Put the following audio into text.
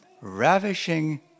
ravishing